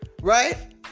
right